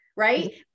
Right